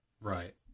Right